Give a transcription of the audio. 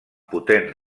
potent